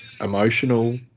emotional